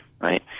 Right